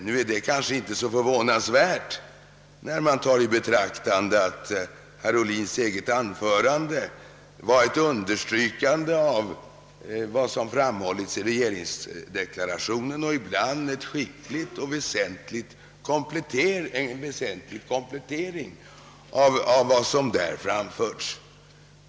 Nu är detta kanske inte så förvånande när man tar i betraktande, att herr Ohlins eget anförande innebar ett understrykande av vad som har framhållits i regeringsdeklarationen och ibland en skicklig och väsentlig komplettering av den.